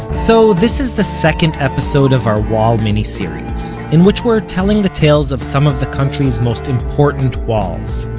so this is the second episode of our wall miniseries, in which we're telling the tales of some of the country's most important walls.